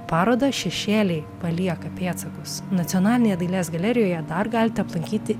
parodą šešėliai palieka pėdsakus nacionalinėje dailės galerijoje dar galite aplankyti